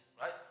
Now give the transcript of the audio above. right